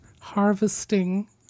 harvesting